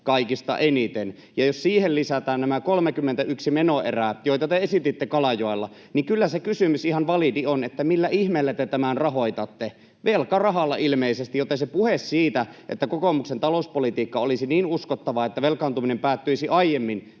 kaikista eniten, ja jos siihen lisätään nämä 31 menoerää, joita te esititte Kalajoella, niin kyllä on ihan validi se kysymys, millä ihmeellä te tämän rahoitatte. Velkarahalla ilmeisesti, joten se puhe siitä, että kokoomuksen talouspolitiikka olisi niin uskottavaa, että velkaantuminen päättyisi aiemmin,